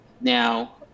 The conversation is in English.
Now